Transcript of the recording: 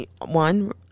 one